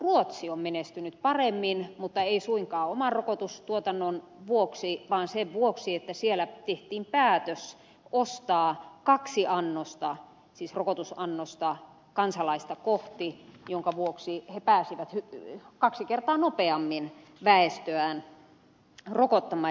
ruotsi on menestynyt paremmin mutta ei suinkaan oman rokotustuotannon vuoksi vaan sen vuoksi että siellä tehtiin päätös ostaa kaksi annosta siis rokotusannosta kansalaista kohti minkä vuoksi he pääsivät kaksi kertaa nopeammin väestöään rokottamaan